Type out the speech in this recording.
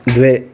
द्वे